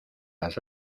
las